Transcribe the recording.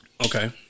okay